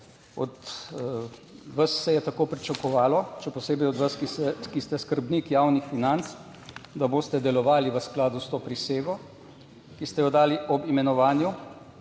Od vas se je tako pričakovalo, še posebej od vas, ki ste skrbnik javnih financ, da boste delovali v skladu s to prisego, ki ste jo dali ob imenovanju,